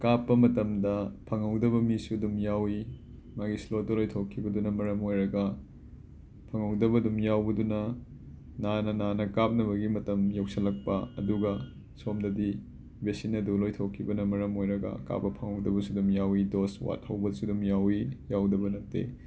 ꯀꯥꯞꯄ ꯃꯇꯝꯗ ꯐꯪꯍꯧꯗꯕ ꯃꯤꯁꯨ ꯑꯗꯨꯝ ꯌꯥꯎꯋꯤ ꯃꯥꯒꯤ ꯁ꯭ꯂꯣꯠꯇꯨ ꯂꯣꯏꯊꯣꯛꯈꯤꯕꯗꯨꯅ ꯃꯔꯝ ꯑꯣꯔꯔꯒ ꯐꯪꯍꯧꯗꯕ ꯑꯗꯨꯝ ꯌꯥꯎꯕꯗꯨꯅ ꯅꯥꯅ ꯅꯥꯅ ꯀꯥꯞꯅꯕꯒꯤ ꯃꯇꯝ ꯌꯧꯁꯤꯜꯂꯛꯄ ꯑꯗꯨꯒ ꯁꯣꯝꯗꯗꯤ ꯕꯦꯁꯤꯟ ꯑꯗꯨ ꯂꯣꯏꯊꯣꯛꯈꯤꯕꯅ ꯃꯔꯝ ꯑꯣꯔꯔꯒ ꯀꯥꯞꯄ ꯐꯪꯍꯧꯗꯕꯁꯨ ꯑꯗꯨꯝ ꯌꯥꯎꯋꯤ ꯗꯣꯁ ꯋꯥꯠꯍꯧꯕꯁꯨ ꯑꯗꯨꯝ ꯌꯥꯎꯋꯤ ꯌꯥꯎꯗꯕ ꯅꯠꯇꯦ